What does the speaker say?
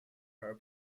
her